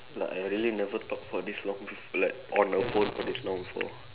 like I really never talk for this long like on a phone for this long before